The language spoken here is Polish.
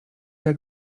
jak